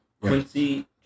Quincy